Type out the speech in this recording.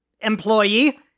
employee